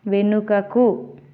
వెనుకకు